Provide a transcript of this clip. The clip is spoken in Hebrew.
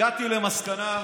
הגעתי למסקנה,